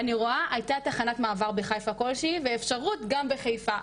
אני רואה הייתה תחנת מעבר בחיפה כלשהי ואפשרות גם בחיפה.